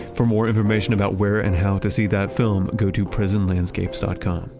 for more information about where and how to see that film, go to prisonlandscapes dot com.